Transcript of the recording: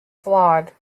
flawed